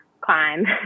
climb